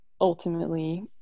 ultimately